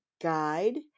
guide